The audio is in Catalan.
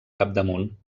capdamunt